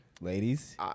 Ladies